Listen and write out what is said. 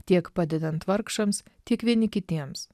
tiek padedant vargšams tiek vieni kitiems